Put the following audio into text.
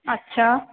اچھا